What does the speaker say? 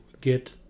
get